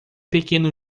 pequeno